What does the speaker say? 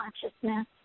consciousness